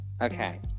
Okay